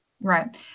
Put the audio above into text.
Right